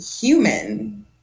human